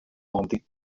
mandé